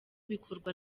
bikorwa